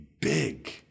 big